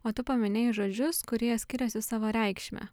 o tu paminėjai žodžius kurie skiriasi savo reikšme